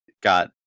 got